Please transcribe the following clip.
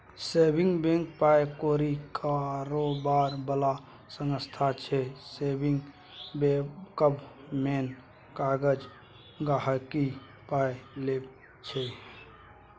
saving bank पाइ कौरी कारोबार बला संस्था छै सेबिंग बैंकक मेन काज गांहिकीसँ पाइ लेब छै